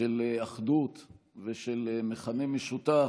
של אחדות ושל מכנה משותף,